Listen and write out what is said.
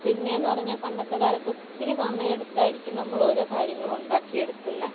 പിന്നെയെന്നു പറഞ്ഞാൽ പണ്ടത്തെ കാലത്ത് ഒത്തിരി സമയം എടുത്തായിരിക്കും നമ്മൾ ഓരോ കാര്യങ്ങൾ ഉണ്ടാക്കിയെടുക്കുന്നത്